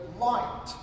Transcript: light